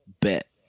bet